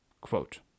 quote